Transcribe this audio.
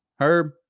herb